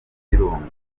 y’ibirunga